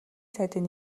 сайдын